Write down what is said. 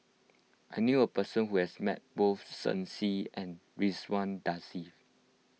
I knew a person who has met both Shen Xi and Ridzwan Dzafir